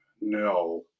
no